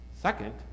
Second